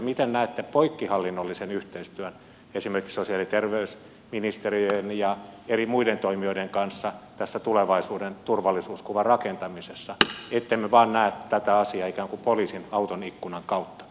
miten näette poikkihallinnollisen yhteistyön esimerkiksi sosiaali ja terveysministeriön ja muiden eri toimijoiden kanssa tässä tulevaisuuden turvallisuuskuvan rakentamisessa ettemme vain näe tätä asiaa ikään kuin poliisin auton ikkunan kautta